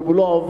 אם הוא לא עובד,